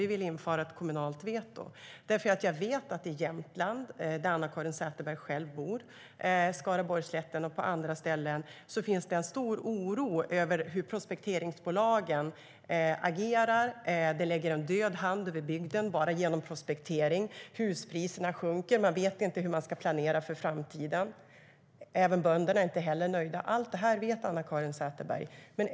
Vi vill införa ett kommunalt veto. I Jämtland, där Anna-Caren Sätherberg bor, på Skaraborgsslätten och andra ställen finns en stor oro över hur prospekteringsbolagen agerar. Prospekteringen lägger en död hand över bygden. Huspriserna sjunker. Man vet inte hur man ska planera för framtiden. Inte heller bönderna är nöjda. Allt detta vet Anna-Caren Sätherberg.